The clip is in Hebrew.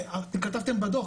כתבתם בדו"ח,